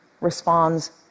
responds